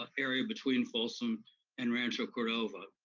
ah area between folsom and rancho cordova.